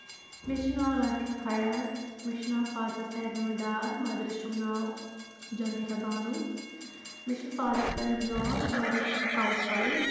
مےٚ چھُ ناو رافیا فیاض مےٚ چھُ ناو فادرس فیاض احمد ڈار مدرِ چھُم ناو جوہیریا بانوٗ مےٚ چھِ فادر کران جاب مدر چھم ہاوُس وایف